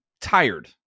tired